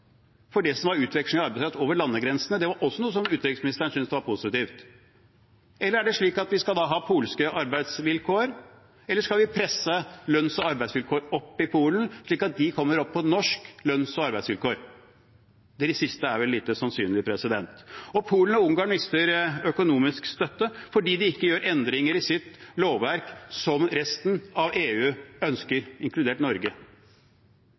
For utveksling av arbeidskraft over landegrensene var også noe som utenriksministeren syntes var positivt. Er det slik at vi da skal ha polske arbeidsvilkår, eller skal vi presse lønns- og arbeidsvilkår opp i Polen, slik at de kommer opp på nivå med norske lønns- og arbeidsvilkår? Det siste er vel lite sannsynlig. Og Polen og Ungarn mister økonomisk støtte fordi de ikke gjør endringer i sitt lovverk, som resten av EU ønsker – inkludert Norge.